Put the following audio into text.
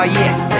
yes